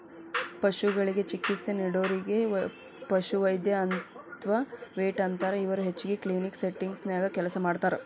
ಪಶುಗಳಿಗೆ ಚಿಕಿತ್ಸೆ ನೇಡೋರಿಗೆ ಪಶುವೈದ್ಯ ಅತ್ವಾ ವೆಟ್ ಅಂತಾರ, ಇವರು ಹೆಚ್ಚಾಗಿ ಕ್ಲಿನಿಕಲ್ ಸೆಟ್ಟಿಂಗ್ ನ್ಯಾಗ ಕೆಲಸ ಮಾಡ್ತಾರ